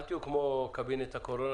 אל תהיו כמו קבינט הקורונה,